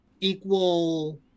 equal